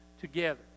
together